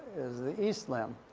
is the east limb.